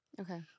Okay